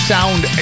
Sound